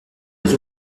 les